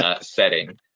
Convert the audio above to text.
setting